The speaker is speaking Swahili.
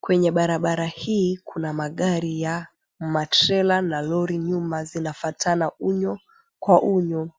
Kwenye barabara hii kuna magari ya matrela na lori nyuma zinafuatana unyo kwa unyo.